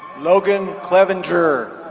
logan clevenger.